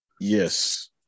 Yes